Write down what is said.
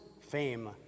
fame